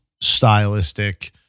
stylistic